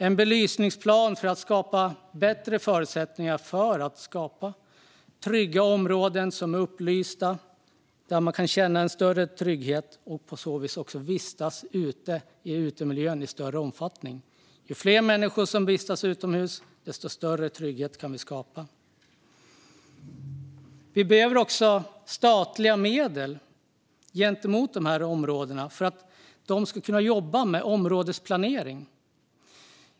En belysningsplan skapar bättre förutsättningar att få upplysta områden där man känner större trygghet och därför kan vistas ute i större omfattning. Ju fler människor som vistas utomhus, desto större trygghet. Vi behöver också statliga medel till dessa områden så att de kan jobba med områdesplanering.